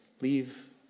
leave